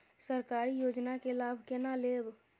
सरकारी योजना के लाभ केना लेब?